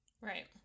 Right